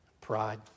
pride